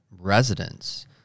residents